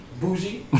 bougie